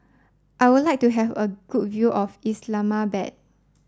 I would like to have a good view of Islamabad